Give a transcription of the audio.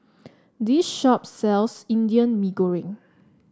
this shop sells Indian Mee Goreng